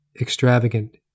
extravagant